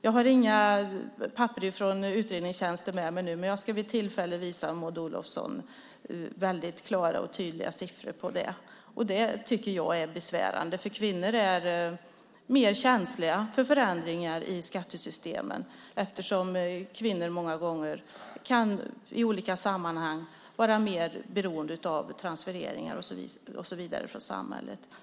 Jag har inga papper från utredningstjänsten med mig nu, men jag ska vid tillfälle visa Maud Olofsson tydliga siffror på det. Jag tycker att det är besvärande. Kvinnor är mer känsliga för förändringar i skattesystemen eftersom kvinnor många gånger kan vara mer beroende av transfereringar från samhället.